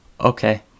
Okay